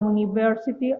university